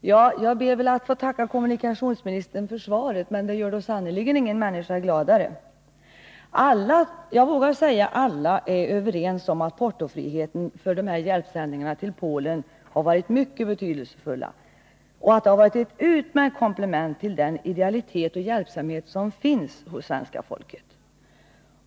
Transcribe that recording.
Jag ber att få tacka kommunikationsministern för svaret. Men svaret gör sannerligen ingen människa gladare. Alla, vågar jag säga, är överens om att portofriheten för hjälpsändningarna till Polen har varit mycket betydelsefull och att den varit ett utmärkt komplement till den idealitet och hjälpsamhet som finns hos svenska folket.